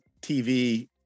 TV